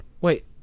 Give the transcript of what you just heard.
Wait